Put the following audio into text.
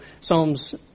Psalms